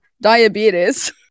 diabetes